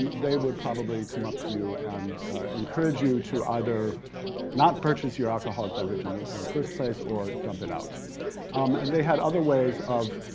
they would probably come up to you and encourage you to either not purchase your alcoholic beverage in the first place or dump it out um and they had other ways of